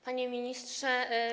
Panie Ministrze!